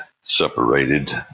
separated